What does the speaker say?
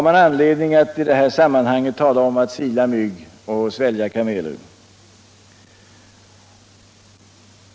Man har rätt att I detta sammanhang tala om att sila mygg och svälja kameler.